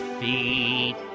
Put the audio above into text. feet